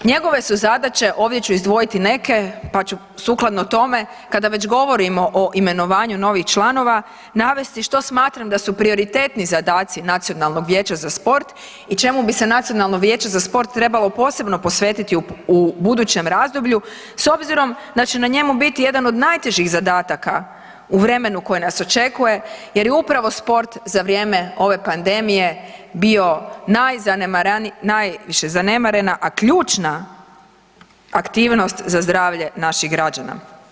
Njegove su zadaće, ovdje ću izdvoji neke pa ću sukladno tome kada već govorimo o imenovanju novih članova navesti što smatram da su prioritetni zadaci Nacionalnog vijeća za sport i čemu bi se Nacionalno vijeće za sport trebalo posebno posvetiti u budućem razdoblju s obzirom da će na njemu biti jedan od najtežih zadataka u vremenu koje nas očekuje jer je upravo sport za vrijeme ove pandemije bio najzanemareniji, najviše zanemarena, a ključna aktivnost za zdravlje naših građana.